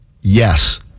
Yes